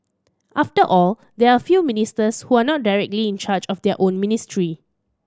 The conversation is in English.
after all there are a few ministers who are not directly in charge of their own ministry